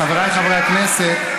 חבריי חברי הכנסת,